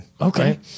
Okay